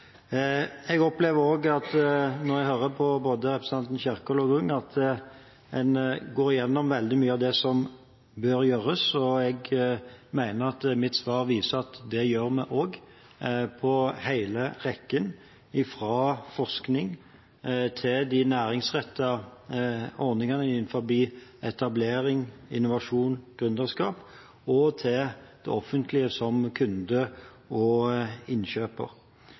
Jeg opplever også når jeg hører på både representanten Kjerkol og representanten Grung, at man går igjennom veldig mye av det som bør gjøres, og jeg mener at mitt svar viser at det gjør vi også på hele rekken, fra forskning, de næringsrettede ordningene innenfor etablering, innovasjon, gründerskap til det offentlige som kunde og innkjøper.